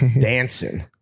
dancing